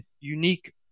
unique